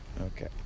Okay